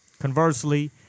Conversely